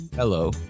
Hello